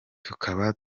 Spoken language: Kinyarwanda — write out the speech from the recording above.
tukaba